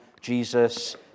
jesus